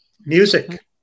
Music